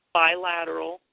bilateral